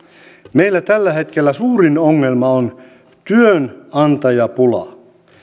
meillä tällä hetkellä suurin ongelma on työnantajapula